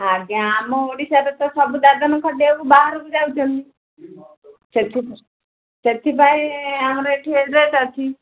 ଆଜ୍ଞା ଆମ ଓଡ଼ିଶାରେ ତ ସବୁ ଦାଦନ ଖଟିଆକୁ ବାହାରକୁ ଯାଉଛନ୍ତି ସେ ସେଥିପାଇଁ ଆମର ଏଠି ଏଡ୍ରେସ୍ ଅଛି